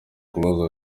close